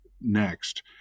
next